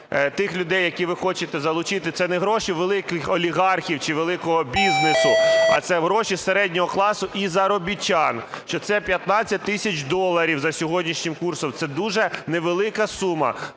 тих людей, які ви хочете залучити, це не гроші великих олігархів чи великого бізнесу, а це гроші середнього класу і заробітчан, що 15 тисяч доларів – за сьогоднішнім курсом це дуже невелика сума.